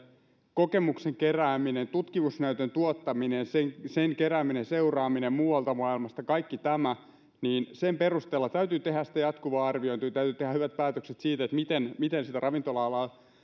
kokemuksen kerääminen tutkimusnäytön tuottaminen ja sen kerääminen seuraaminen muualta maailmasta kaikki tämä että sen perusteella täytyy tehdä sitä jatkuvaa arviointia täytyy tehdä hyvät päätökset siitä miten sitä ravintola alaa